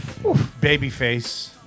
babyface